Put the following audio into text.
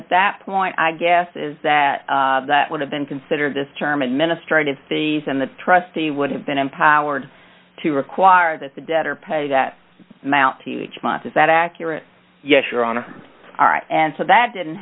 at that point i guess is that that would have been considered this term administrative fees and the trustee would have been empowered to require that the debtor pay that amount each month is that accurate yes your honor and so that didn't